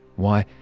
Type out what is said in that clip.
why,